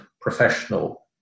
professional